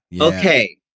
Okay